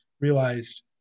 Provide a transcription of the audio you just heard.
realized